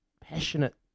passionate